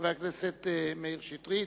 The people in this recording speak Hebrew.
חבר הכנסת מאיר שטרית,